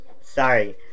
Sorry